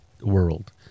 world